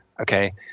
Okay